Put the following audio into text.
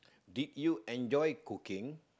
did you enjoy cooking